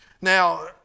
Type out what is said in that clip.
Now